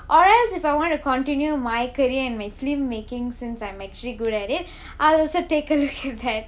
or else if I want to continue my career in my film making since I'm actually good at it I will also take a look